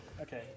Okay